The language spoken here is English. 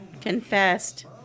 confessed